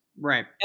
Right